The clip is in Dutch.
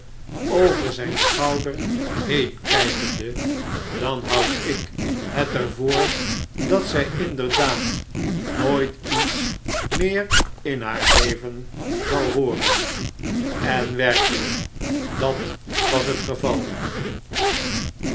over zjjn schouder heen kh'kende dan houd ik het er voor dat zjj inderdaad nooit iets meer in haar leven zal hooren i en werkelp dat was het geval